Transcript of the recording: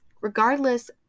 Regardless